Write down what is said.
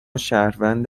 شهروند